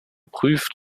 prüft